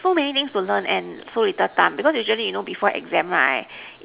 so many things to learn and so little time because usually you know before exam right